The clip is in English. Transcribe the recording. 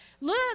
Look